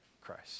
Christ